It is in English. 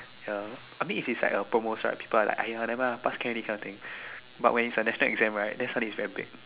ya I mean if is like a promos right people are like !aiya! never mind ah pass can already kind of thing but when is a national exam right then suddenly it's very big